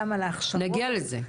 נגיע לזה.